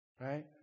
right